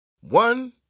One